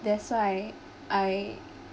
that's why I